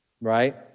right